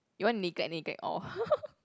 you want neglect neglect all